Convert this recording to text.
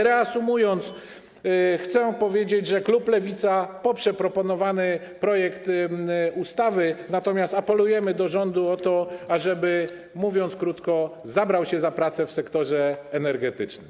Reasumując, chcę powiedzieć, że klub Lewica poprze proponowany projekt ustawy, natomiast apelujemy do rządu o to, ażeby - mówiąc krótko - zabrał się za pracę w sektorze energetycznym.